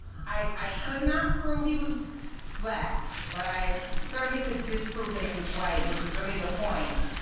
i i could not prove he was black, but i certainly could disprove that he was white, which was really the point.